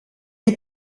est